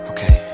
Okay